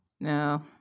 No